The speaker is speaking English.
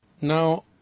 Now